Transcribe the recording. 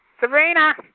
Sabrina